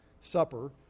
Supper